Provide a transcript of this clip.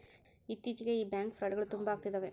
ಇತ್ತೀಚಿಗೆ ಈ ಬ್ಯಾಂಕ್ ಫ್ರೌಡ್ಗಳು ತುಂಬಾ ಅಗ್ತಿದವೆ